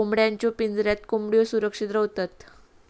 कोंबड्यांच्या पिंजऱ्यात कोंबड्यो सुरक्षित रव्हतत